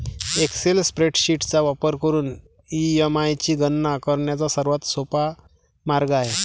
Excel spreadsheet चा वापर करून ई.एम.आय ची गणना करण्याचा सर्वात सोपा मार्ग आहे